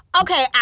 Okay